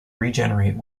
regenerate